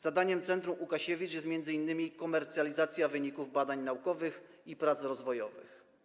Zadaniem Centrum Łukasiewicz jest m.in. komercjalizacja wyników badań naukowych i prac rozwojowych.